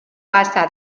passa